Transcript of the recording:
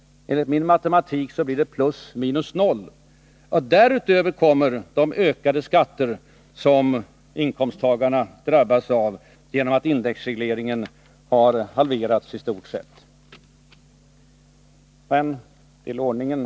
Enligt min matematik blir det plus minus noll. Därutöver kommer de ökade skatter som inkomsttagarna drabbas av genom att indexregleringen i stort sett har halverats. Men, herr talman, tillbaka till ordningen.